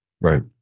right